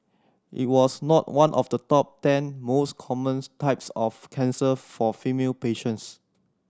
it was not one of the top ten most commons types of cancer for female patients